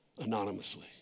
anonymously